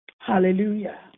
Hallelujah